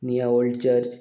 near old church